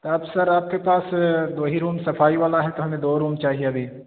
اب سر آپ کے پاس دو ہی روم صفائی والا ہے تو ہمیں دو روم چاہیے ابھی